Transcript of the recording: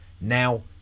now